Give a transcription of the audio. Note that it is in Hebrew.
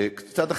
קצת,